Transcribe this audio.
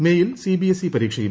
മേയിൽ സിബിഎസ്ഇ പരീക്ഷയും